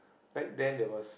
back then there was